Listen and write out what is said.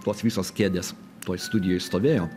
tos visos kėdės toj studijoj stovėjo